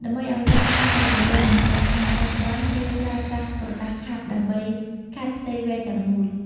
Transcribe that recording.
ដើម្បីឱ្យវែកកាន់តែរលោង និងស្រស់ស្អាត បច្ចុប្បន្នគេប្រើប្រាសើក្រដាសខាត់ដើម្បីខាត់ផ្ទៃវែកទាំងមូល។